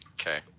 Okay